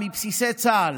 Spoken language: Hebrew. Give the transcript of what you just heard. מבסיסי צה"ל.